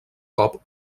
cop